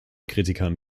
kritikern